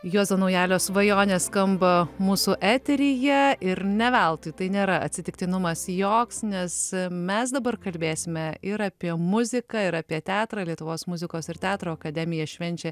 juozo naujalio svajonę skamba mūsų eteryje ją ir ne veltui tai nėra atsitiktinumas joks nes mes dabar kalbėsime ir apie muziką ir apie teatrą lietuvos muzikos ir teatro akademija švenčia